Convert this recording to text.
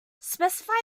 specify